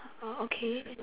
uh okay